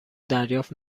دریافت